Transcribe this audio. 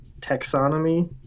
Taxonomy